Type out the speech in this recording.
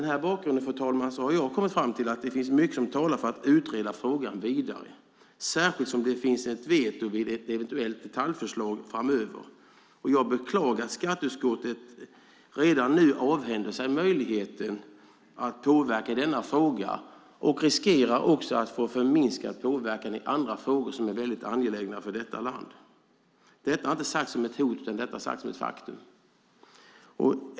Mot den bakgrunden har jag kommit fram till att det finns mycket som talar för att utreda frågan vidare, särskilt som det finns ett veto vid ett eventuellt detaljförslag framöver. Jag beklagar att skatteutskottet redan nu avhänder sig möjligheten att påverka i denna fråga och riskerar att få minskad påverkan i andra frågor som är väldigt angelägna för detta land. Detta är inte sagt som ett hot utan som ett faktum.